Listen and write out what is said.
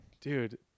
dude